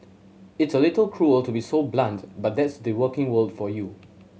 it's a little cruel to be so blunt but that's the working world for you